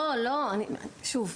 שוב,